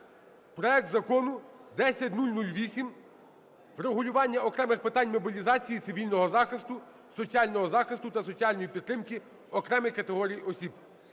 проект Закону 10008: врегулювання окремих питань мобілізації, цивільного захисту, соціального захисту та соціальної підтримки окремих категорій осіб.